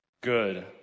Good